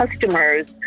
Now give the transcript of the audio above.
customers